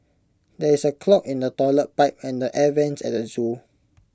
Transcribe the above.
there is A clog in the Toilet Pipe and the air Vents at the Zoo